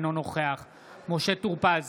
אינו נוכח משה טור פז,